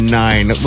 nine